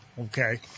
okay